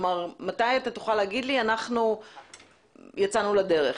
מתי אתה תוכל להגיד לי שיצאתם לדרך,